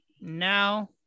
now